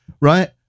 right